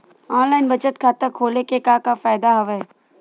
online बचत खाता खोले के का का फ़ायदा हवय